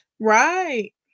right